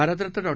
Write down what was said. भारतरत्नडॉ